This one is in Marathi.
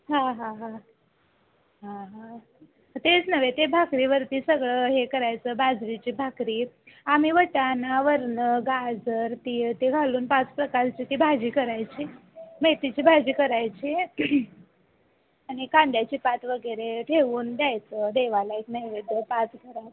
हां हां हां हां हां तेच नव्हे ते भाकरीवरती सगळं हे करायचं बाजरीची भाकरी आम्ही वटाना वरनं गाजर ती ते घालून पाच प्रकारची ती भाजी करायची मेथीची भाजी करायची आणि कांद्याची पात वगैरे ठेवून द्यायचं देवाला एक नैवेद्य ताट करायंच